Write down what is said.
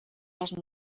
les